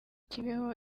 kibeho